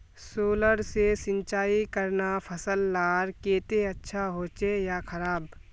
Solar से सिंचाई करना फसल लार केते अच्छा होचे या खराब?